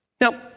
Now